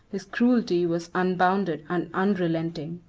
his cruelty was unbounded and unrelenting.